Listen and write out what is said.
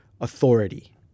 authority